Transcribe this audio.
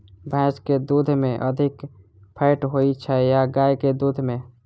भैंस केँ दुध मे अधिक फैट होइ छैय या गाय केँ दुध में?